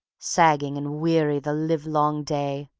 sagging and weary the livelong day,